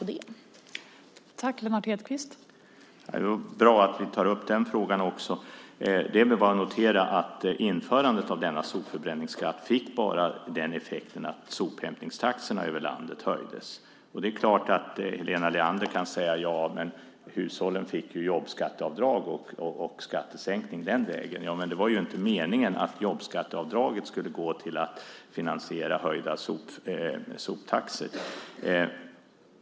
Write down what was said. Hur ser Lennart Hedquist på det?